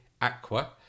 Aqua